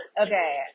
Okay